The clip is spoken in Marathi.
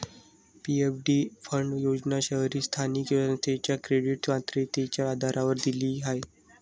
पी.एफ.डी फंड योजना शहरी स्थानिक संस्थेच्या क्रेडिट पात्रतेच्या आधारावर दिली जाते